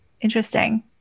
Interesting